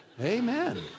Amen